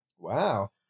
Wow